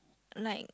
like